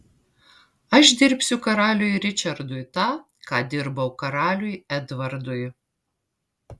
aš dirbsiu karaliui ričardui tą ką dirbau karaliui edvardui